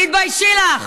תתביישי לך.